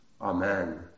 Amen